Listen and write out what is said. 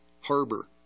harbor